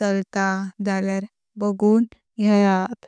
चलता जाल्यार बगून घेयात।